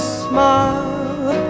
smile